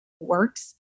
works